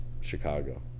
chicago